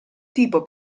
tipo